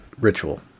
ritual